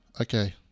Okay